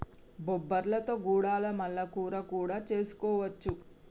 బొబ్బర్లతో గుడాలు మల్ల కూర కూడా చేసుకోవచ్చు